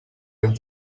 ben